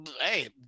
hey